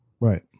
Right